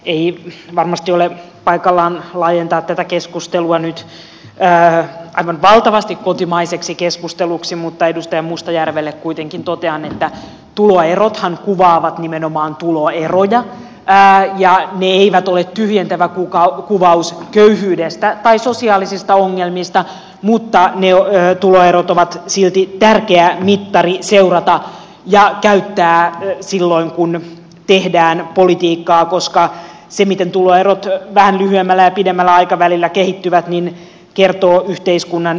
ei varmasti ole paikallaan laajentaa tätä keskustelua nyt aivan valtavasti kotimaiseksi keskusteluksi mutta edustaja mustajärvelle kuitenkin totean että tuloerothan kuvaavat nimenomaan tuloeroja ja ne eivät ole tyhjentävä kuvaus köyhyydestä tai sosiaalisista ongelmista mutta ne tuloerot ovat silti tärkeä mittari seurata ja käyttää silloin kun tehdään politiikkaa koska se miten tuloerot vähän lyhyemmällä ja pidemmällä aikavälillä kehittyvät kertoo yhteiskunnan eheydestä